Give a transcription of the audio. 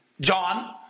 John